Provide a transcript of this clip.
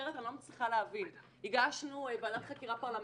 אחרת אני לא מצליחה להבין הגשנו ועדת חקירה פרלמנטארית,